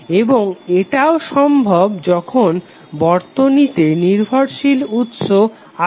এবং এটাও সম্ভব যখন বর্তনীতে নির্ভরশীল উৎস আছে